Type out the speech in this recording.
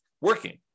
working